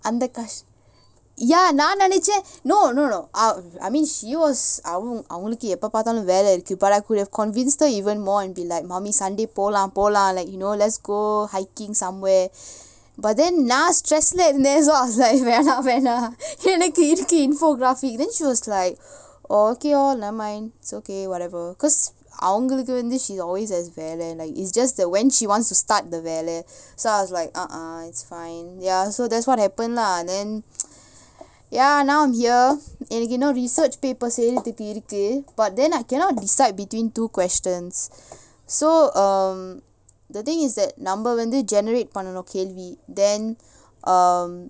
அந்த கஷ்~:antha kash~ ya நா நெனச்சேன்:naa nenachaen no no no ah I mean she was அவங்~ அவங்களுக்கு எப்ப பாத்தாலும் வேல இருக்கு:avang~ avangalukku eppa paathalum vela irukku but I could have convinced her even more and be like mummy sunday போலாம் போலாம்:polaam polaam like you know let's go hiking somewhere but then நா:naa stress leh இருந்தேன்:irunthaen so I was like வேணா வேணா எனக்கு இருக்கு:venaa venaa enakku irukku infographic then she was like oh okay orh never mind it's okay whatever because அவங்களுக்கு வந்து:avangalukku vanthu she's always வேல:vela like it's just that when she wants to start the வேல:vela so I was like ah ah it's fine ya so that's what happen lah then ya now I'm here எனக்கு இன்னும்:enakku innum research paper செய்றதுக்கு இருக்கு:seirathukku irukku but then I cannot decide between two questions so um the thing is that நம்ம வந்து:namma vanthu generate பண்ணனும் கேள்வி:pannanum kelvi then um